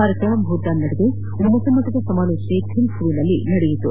ಭಾರತ ಭೂತಾನ್ ನಡುವೆ ಉನ್ನತ ಮಟ್ಟದ ಸಮಾಲೋಚನೆ ಥಿಂಪುನಲ್ಲಿ ನಡೆಯಿತು